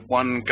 one